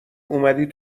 اومدی